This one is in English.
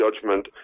judgment